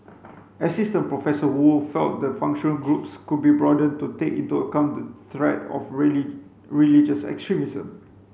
Assistant Professor Woo felt the functional groups could be broadened to take into account the threat of religious extremism